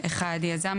(1)יזם,